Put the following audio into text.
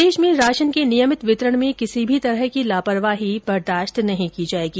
प्रदेश में राशन के नियमित वितरण मे किसी प्रकार की लापरवाही बर्दाश्त नहीं की जाएगी